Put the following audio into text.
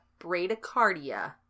bradycardia